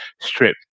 strip